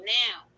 now